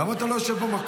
למה אתה לא יושב במקום?